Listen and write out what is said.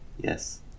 Yes